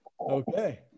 okay